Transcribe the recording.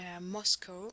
Moscow